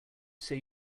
say